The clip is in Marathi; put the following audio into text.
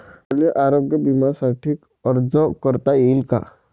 मले आरोग्य बिम्यासाठी अर्ज करता येईन का?